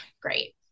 great